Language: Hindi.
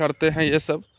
करते हैं ये सब